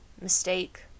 Mistake